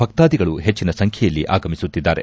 ಭಕ್ತಾಧಿಗಳು ಹೆಚ್ಚಿನ ಸಂಖ್ಯೆಯಲ್ಲಿ ಆಗಮಿಸುತ್ತಿದ್ದಾರೆ